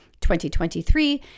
2023